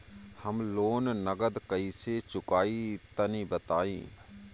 हम लोन नगद कइसे चूकाई तनि बताईं?